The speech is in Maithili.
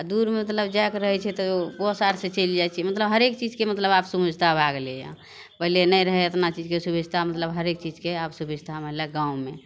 दूरमे मतलब जाएके रहै छै तऽ बस आओरसे चलि जाइ छिए मतलब हरेक चीजके मतलब आब सुभिस्ता भै गेलैए पहिले नहि रहै एतना चीजके सुभिस्ता मतलब हरेक चीजके आब सुभिस्ता भेलै गाममे